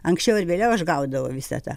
anksčiau ar vėliau aš gaudavau visą tą